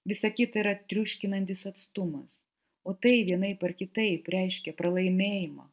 visa kita yra triuškinantis atstumas o tai vienaip ar kitaip reiškia pralaimėjimą